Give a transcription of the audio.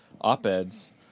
op-eds